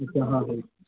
इथं हा हो